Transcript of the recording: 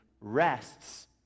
rests